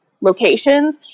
locations